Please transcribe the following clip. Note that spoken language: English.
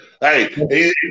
Hey